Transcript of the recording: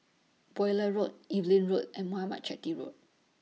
Bowyer Road Evelyn Road and Muthuraman Chetty Road